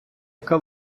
яка